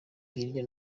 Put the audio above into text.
hirya